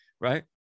right